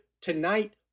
tonight